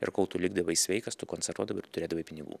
ir kol tu likdavai sveikas tu koncertuodavai ir tu turėdavai pinigų